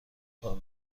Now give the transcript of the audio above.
کار